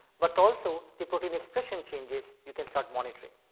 but also the protein expression changes you can start monitoring.